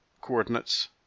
coordinates